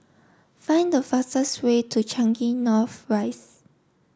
find the fastest way to Changi North Rise